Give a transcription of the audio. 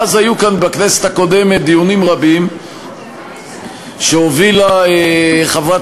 והיו כאן בכנסת הקודמת דיונים רבים שהובילה חברת